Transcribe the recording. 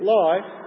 life